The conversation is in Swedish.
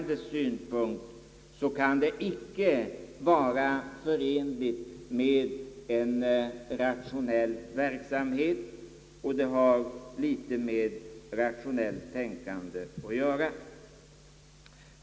Detta kan icke vara förenligt med en rationell verksamhet, om jag ser det ur byggandets synpunkt, och har föga med rationellt tänkande att göra.